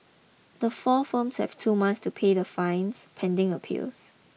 the four firms have two months to pay the fines pending appeals